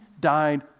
died